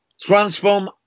transform